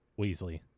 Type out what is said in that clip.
Weasley